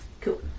cool